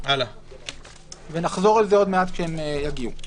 ונחזור לזה כשהם יגיעו.